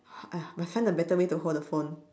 !aiya! must find a better way to hold the phone